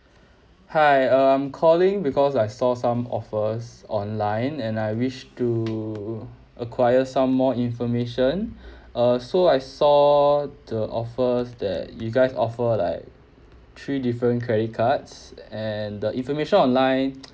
hi uh I'm calling because I saw some offers online and I wish to acquire some more information uh so I saw the offers that you guys offer like three different credit cards and the information online